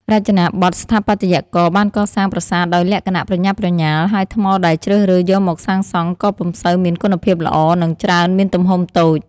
រចនាបថ ស្ថាបត្យករបានកសាងប្រាសាទដោយលក្ខណៈប្រញាប់ប្រញាល់ ហើយថ្មដែលជ្រើសរើសយកមកសាងសង់ក៏ពុំសូវមានគុណភាពល្អ និងច្រើន មានទំហំតូច។